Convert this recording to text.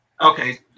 okay